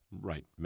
Right